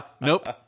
nope